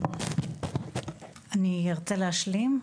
אני ארצה להשלים.